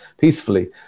peacefully